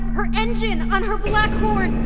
her engine, on her black horn,